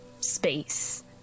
space